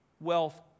Wealth